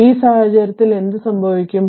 അതിനാൽ ആ സാഹചര്യത്തിൽ എന്ത് സംഭവിക്കും